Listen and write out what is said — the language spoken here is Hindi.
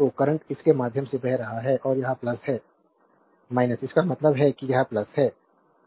तो करंट इसके माध्यम से बह रहा है और यह है इसका मतलब है कि यह है